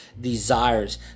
desires